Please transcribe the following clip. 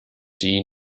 die